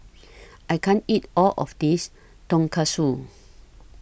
I can't eat All of This Tonkatsu